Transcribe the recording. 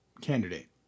Candidate